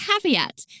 caveat